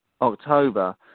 october